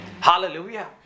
Hallelujah